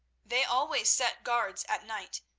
they always set guards at night,